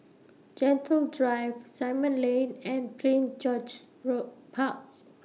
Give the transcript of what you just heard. Gentle Drive Simon Lane and Prince George's Road Park